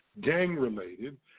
gang-related